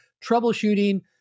troubleshooting